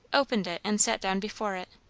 opened it and sat down before it.